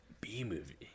B-movie